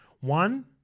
One